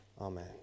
Amen